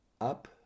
up